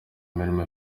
imirimo